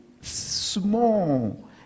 small